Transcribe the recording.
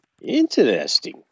Interesting